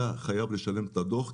אתה חייב לשלם את הדוח,